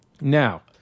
Now